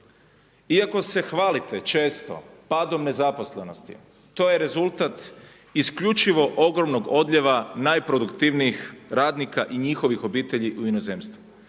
Iako se hvalite često padom nezaposlenosti to je rezultat isključivo ogromnog odlijeva najproduktivnijih radnika i njihovih obitelji u inozemstvo.